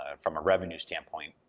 ah from a revenue standpoint,